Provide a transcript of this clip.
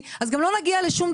עם כל הכבוד.